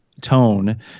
tone